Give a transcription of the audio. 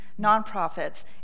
nonprofits